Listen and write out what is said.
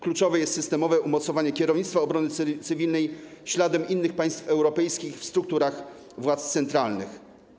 Kluczowe jest systemowe umocowanie kierownictwa obrony cywilnej śladem rozwiązań w innych państwach europejskich w strukturach władz centralnych.